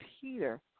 Peter